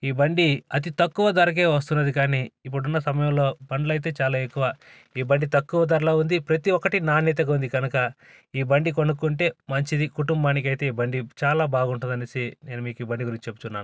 ఈ బండి అతి తక్కువ ధరకే వస్తుంది కానీ ఇప్పుడున్న సమయంలో పనులైతే చాలా ఎక్కువ ఈ బండి తక్కువ ధరలో ఉంది ప్రతీ ఒక్కటి నాణ్యతగా ఉంది గనక కూడా ఈ బండి కొనుక్కుంటే మంచిది కుటుంబానికి అయితే ఈ బండి చాలా బాగుంటాదనేసి నేను మీకు ఈ బండి గురించి చెప్తున్నాను